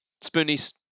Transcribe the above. Spoonies